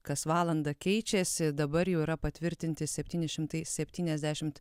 kas valandą keičiasi dabar jau yra patvirtinti septyni šimtai septyniasdešimt